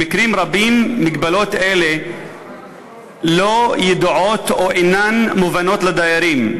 במקרים רבים הגבלות אלה אינן ידועות או אינן מובנות לדיירים.